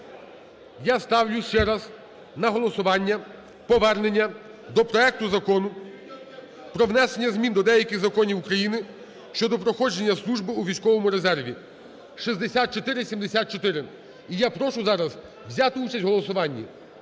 Я ставлю ще раз на голосування повернення до проекту Закону про внесення змін до деяких законів України щодо проходження служби у військовому резерві (6474). І я прошу зараз взяти участь у голосуванні.